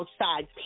outside